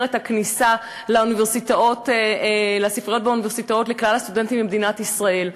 את הכניסה לספריות באוניברסיטאות לכלל הסטודנטים במדינת ישראל.